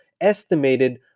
estimated